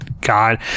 god